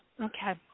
Okay